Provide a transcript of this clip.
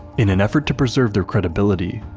in an effort to preserve their credibility,